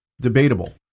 debatable